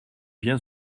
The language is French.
bien